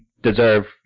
deserve